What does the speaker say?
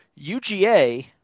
UGA